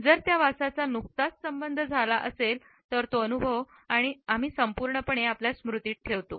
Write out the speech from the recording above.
जर त्या वासाचा नुकताच संबद्ध असेल तर तो अनुभव आम्ही संपूर्णपणे आपल्या स्मृतीत ठेवतो